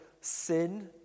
sin